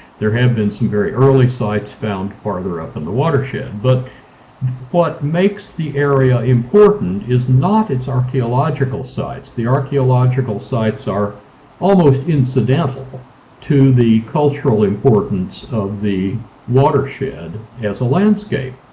there have been some very early sites found farther up in the watershed, but what makes the area important is not its archaeological sites. the archeological sites are almost incidental to the cultural importance of the watershed as a landscape.